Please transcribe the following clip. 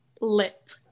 lit